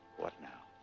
what now?